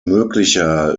möglicher